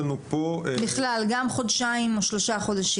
בכלל, גם חודשיים או שלושה חודשים.